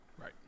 Right